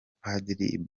padiri